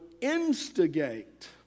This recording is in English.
instigate